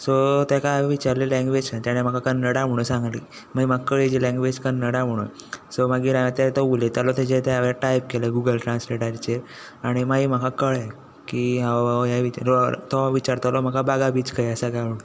so ताका हांवें विचारलें लँग्वेज सांग ताणें म्हाका कन्नडा म्हुणू सांगली माय म्हाका कळ्ळी ती लँग्वेज कन्नडा म्हुणून सो मागीर हांवें तें तो उलयतालो ताजें तें हांवें टायप केलें गुगल ट्रान्ज्लेटराचेर आनी माई म्हाका कळ्ळें की हो बाबा हें विचारू ऑर तो विचारतालो म्हाका बागा बीच खंय आसा काय म्हुणून